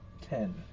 ten